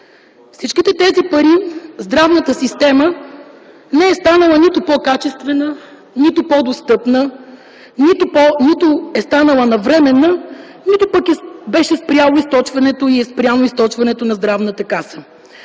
всичките тези пари здравната система не е станала нито по-качествена, нито по-достъпна, нито е станала навременна, нито пък беше спряло и е спряно източването на Здравната каса.